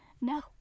No